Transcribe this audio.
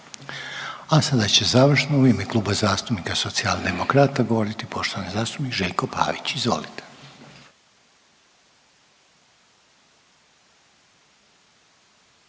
I sada završno u ime Kluba zastupnika Socijaldemokrata g. Željko Pavić. Izvolite.